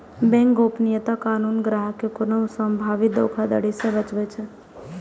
bank गोपनीयता कानून ग्राहक कें कोनो संभावित धोखाधड़ी सं बचाबै छै